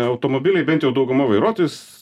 automobiliai bent jau dauguma vairuotojus